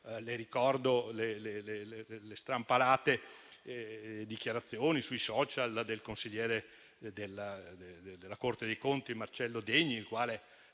le ricordo le strampalate dichiarazioni sui *social* del consigliere della Corte dei conti Marcello Degni, il quale